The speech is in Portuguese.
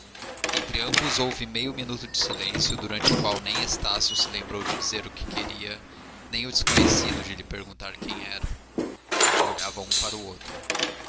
entre ambos houve meio minuto de silêncio durante o qual nem estácio se lembrou de dizer o que queria nem o desconhecido de lhe perguntar quem era olhavam um para o outro